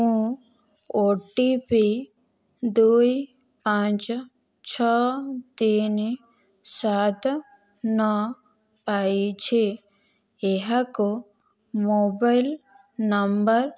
ମୁଁ O T P ଦୁଇ ପାଞ୍ଚ ଛଅ ତିନି ସାତ ନଅ ପାଇଛି ଏହାକୁ ମୋବାଇଲ୍ ନମ୍ବର